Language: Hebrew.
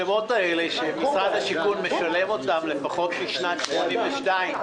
משרד השיכון משלם על המצלמות האלו משנת 1982,